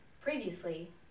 Previously